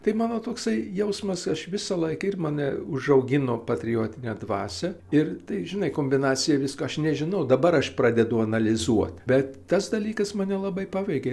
tai mano toksai jausmas aš visą laiką ir mane užaugino patriotine dvasia ir tai žinai kombinaciją viską aš nežinau dabar aš pradedu analizuot bet tas dalykas mane labai paveikė